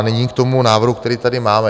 Nyní k tomu návrhu, který tady máme.